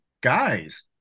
guys